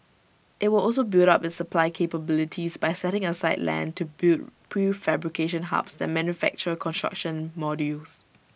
IT will also build up its supply capabilities by setting aside land to build prefabrication hubs that manufacture construction modules